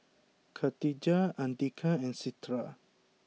Katijah Andika and Citra